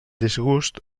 disgust